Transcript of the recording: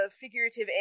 figurative